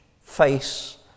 face